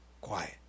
quiet